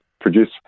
produce